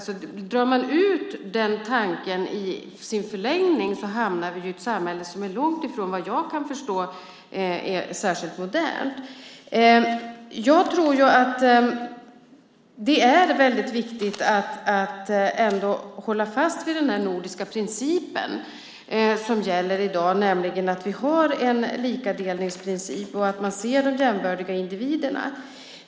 Om man drar ut den tanken i dess förlängning hamnar vi i ett samhälle som är långt ifrån särskilt modernt, vad jag kan förstå. Jag tror att det är viktigt att hålla fast vid den nordiska princip som gäller i dag, det vill säga en likadelningsprincip där man ser de jämbördiga individerna.